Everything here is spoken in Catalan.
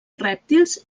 rèptils